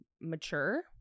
mature